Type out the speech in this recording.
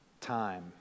time